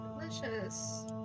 Delicious